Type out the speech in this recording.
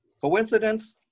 Coincidence